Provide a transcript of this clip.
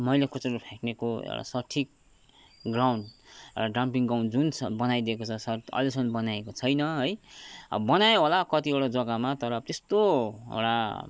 मैला कचडा फ्याँक्नेको एउटा सठिक ग्राउन्ड एउटा डम्पिङ ग्राउन्ड जुन बनाइदिएको छ सरकारले अहिलेसम्म बनाइएको छैन अब बनायो होला कतिवटा जग्गामा मा तर त्यस्तो एउटा